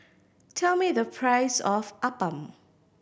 tell me the price of appam